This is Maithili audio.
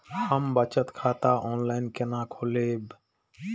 हम बचत खाता ऑनलाइन केना खोलैब?